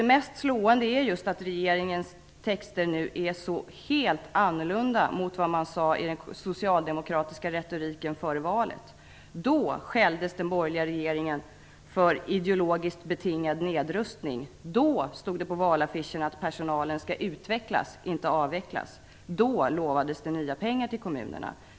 Det mest slående är just att regeringens texter nu är så helt annorlunda jämfört med vad som sades i den socialdemokratiska retoriken före valet. Då skälldes den borgerliga regeringen för ideologiskt betingad nedrustning. Då stod det på valaffischerna att personalen skulle utvecklas, inte avvecklas. Då lovades det nya pengar till kommunerna.